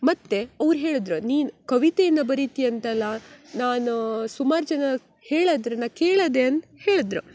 ಮತ್ತು ಅವ್ರು ಹೇಳದ್ರು ನೀನು ಕವಿತೆಯನ್ನು ಬರೀತಿಯಂತಲ್ಲ ನಾನು ಸುಮಾರು ಜನ ಹೇಳದ್ರು ನಾ ಕೇಳಿದೆ ಅಂದು ಹೇಳಿದ್ರು